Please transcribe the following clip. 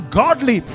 godly